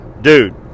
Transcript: Dude